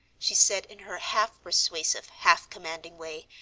she said in her half-persuasive, half-commanding way,